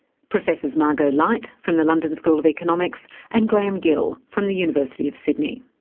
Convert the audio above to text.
professors margot light, from the london school of economics and graeme gill, from the university of sydney.